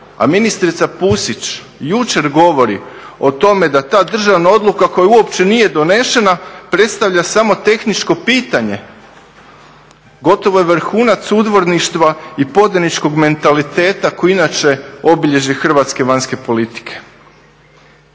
a ministrica Pusić jučer govori o tome da ta državna odluka koja uopće nije donesena predstavlja samo tehničko pitanje, gotovo je vrhunac udvorništva i podaničkog mentaliteta koje je inače obilježje hrvatske vanjske politike.